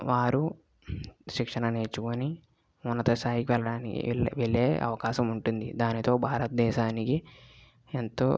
వారు శిక్షణ నేర్చుకుని ఉన్నత స్థాయికి వెళ్ళడానికి వెళ్ళే అవకాశం ఉంటుంది దానితో భారత దేశానికి ఎంతో